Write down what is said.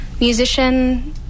musician